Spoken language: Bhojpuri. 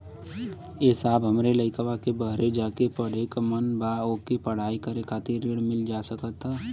ए साहब हमरे लईकवा के बहरे जाके पढ़े क मन बा ओके पढ़ाई करे खातिर ऋण मिल जा सकत ह?